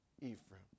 Ephraim